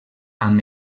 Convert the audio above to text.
amb